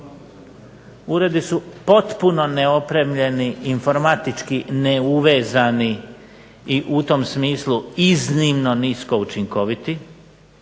uredi su potpuno neopremljeni, informatički neuvezani i u tom smislu iznimno nisko učinkoviti.